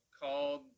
called